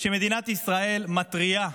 מדינת ישראל מתריעה